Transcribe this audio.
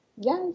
Yes